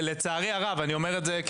אני אומר את זה בצער רב,